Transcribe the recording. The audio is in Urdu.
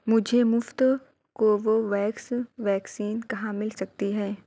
مجھے مفت کووویکس ویکسین کہاں مل سکتی ہے